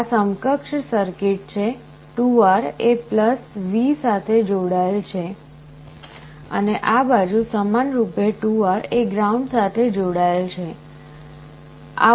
આ સમકક્ષ સર્કિટ છે 2R એ V સાથે જોડાયેલ છે અને આ બાજુ સમાનરૂપે 2R એ ગ્રાઉન્ડ સાથે જોડાયેલ છે